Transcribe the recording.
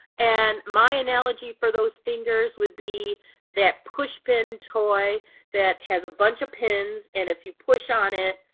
and my analogy for those fingers would be that pushpin toy that has a bunch of pins and if you push on it,